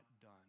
done